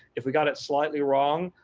if we've got it slightly wrong,